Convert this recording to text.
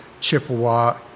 Chippewa